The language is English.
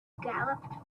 galloped